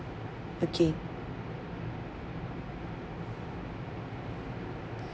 okay